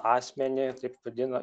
asmenį taip vadina